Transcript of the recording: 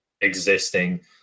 existing